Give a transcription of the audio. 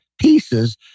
pieces